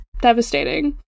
devastating